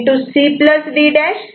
C D'